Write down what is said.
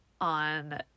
on